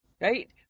Right